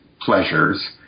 pleasures